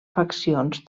faccions